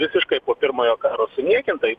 visiškai po pirmojo karo suniekintai